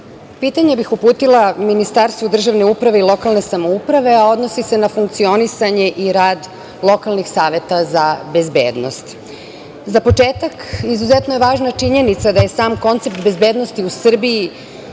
pitanje bih uputila Ministarstvu državne uprave i lokalne samouprave, a odnosi se na funkcionisanje i rad lokalnih saveta za bezbednost.Za početak izuzetno je važna činjenica da je sam koncept bezbednosti u Srbiji